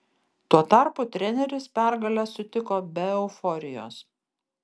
tuo tarpu treneris pergalę sutiko be euforijos